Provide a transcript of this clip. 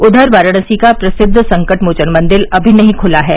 उधर वाराणसी का प्रसिद्ध संकटमोचन मंदिर अभी नहीं खुला है